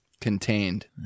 Contained